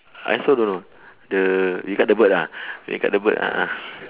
I also don't know the you cut the bird ah you cut the bird a'ah